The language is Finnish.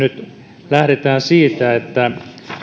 nyt lähdetään siitä että